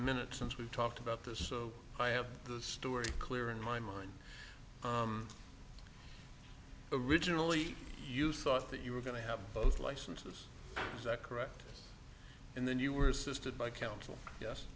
minute since we've talked about this so i have the story clear in my mind originally you thought that you were going to have both licenses correct and then you were assisted by counsel yes